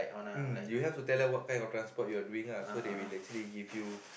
mm you have to tell them what kind of transport you are doing ah so they will actually give you